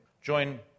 Join